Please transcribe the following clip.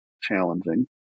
challenging